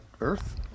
earth